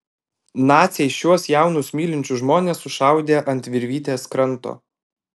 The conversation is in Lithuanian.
naciai šiuos jaunus mylinčius žmones sušaudė ant virvytės kranto